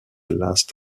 last